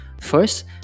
First